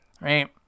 right